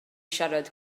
siarad